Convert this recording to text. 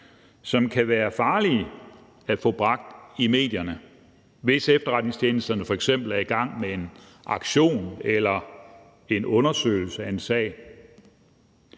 som kan være farlige at få bragt i medierne, hvis efterretningstjenesterne f.eks. er i gang med en aktion eller en undersøgelse af en sag.